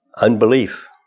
unbelief